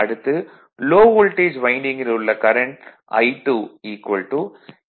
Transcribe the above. அடுத்து low voltage வைண்டிங்கில் உள்ள கரண்ட் I2 K I2